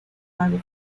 pago